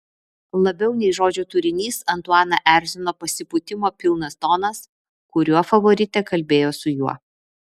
labiau nei žodžių turinys antuaną erzino pasipūtimo pilnas tonas kuriuo favoritė kalbėjo su juo